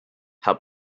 how